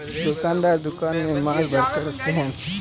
दुकानदार दुकान में माल भरकर रखते है